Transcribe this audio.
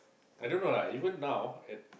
I don't know lah even now and